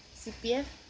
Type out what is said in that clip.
C_P_F